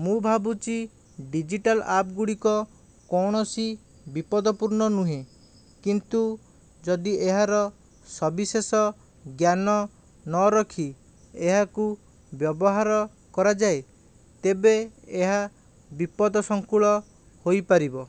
ମୁଁ ଭାବୁଛି digital app ଗୁଡ଼ିକ କୌଣସି ବିପଦପୂର୍ଣ୍ଣ ନୁହେଁ କିନ୍ତୁ ଯଦି ଏହାର ସବିଶେଷ ଜ୍ଞାନ ନ ରଖି ଏହାକୁ ବ୍ୟବହାର କରାଯାଏ ତେବେ ଏହା ବିପଦ ସଙ୍କୁଳ ହୋଇପାରିବ